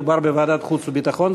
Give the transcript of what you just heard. מדובר בוועדת החוץ והביטחון,